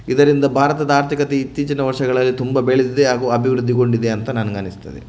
ಇದರಿಂದ ಭಾರತದ ಆರ್ಥಿಕತೆ ಇತ್ತೀಚಿನ ವರ್ಷಗಳಲ್ಲಿ ತುಂಬ ಬೆಳೆದಿದೆ ಹಾಗೂ ಅಭಿವೃದ್ಧಿಗೊಂಡಿದೆ ಅಂತ ನನಗನಿಸ್ತದೆ